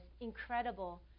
incredible